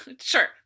Sure